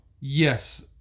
Yes